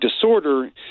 disorder